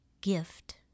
gift